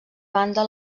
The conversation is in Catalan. banda